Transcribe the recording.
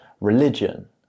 religion